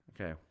okay